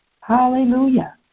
Hallelujah